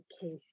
case